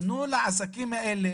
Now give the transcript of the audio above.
תנו לעסקים האלה